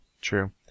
True